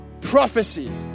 prophecy